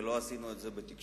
ולא עשינו את זה בתקשורת.